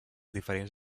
diferents